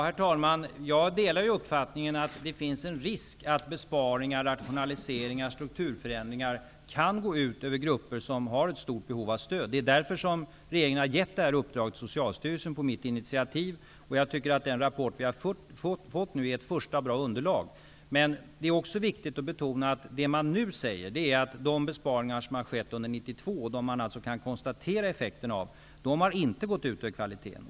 Herr talman! Jag delar uppfattningen att det finns en risk för att besparingar, rationaliseringar och strukturförändringar kan gå ut över grupper som har ett stort behöv av stöd. Därför har regeringen givit Socialstyrelsen detta uppdrag på mitt initiativ. Jag tycker att den rapport som vi nu har fått är ett första bra underlag. Det är emellertid viktigt att betona att det man nu säger är att de besparingar som har skett under 1992 -- alltså de besparingar som man kan konstatera effekterna av -- inte har gått ut över kvaliteten.